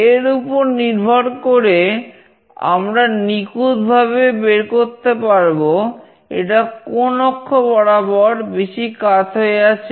এর উপর নির্ভর করে আমরা নিখুঁতভাবে বের করতে পারবো এটা কোন অক্ষ বরাবর বেশি কাত হয়ে আছে